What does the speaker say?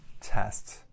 test